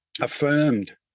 affirmed